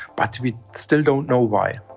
but we still don't know why.